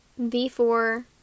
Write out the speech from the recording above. V4